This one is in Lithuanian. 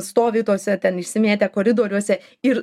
stovi tuose ten išsimėtę koridoriuose ir